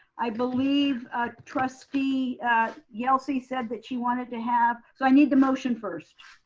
i believe trustee yelsey said that she wanted to have, so i need the motion first.